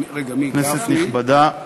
כנסת נכבדה,